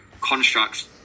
constructs